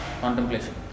contemplation